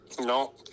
No